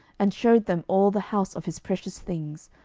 and shewed them all the house of his precious things,